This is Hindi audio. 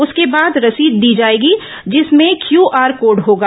उसके बाद रसीद दी जाएगी जिसमें क्यूआर कोड होगा